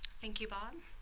thank you, bob.